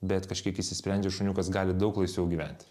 bet kažkiek išsisprendžia šuniukas gali daug laisviau gyventi